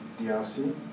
DRC